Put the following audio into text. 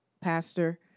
pastor